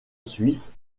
suisse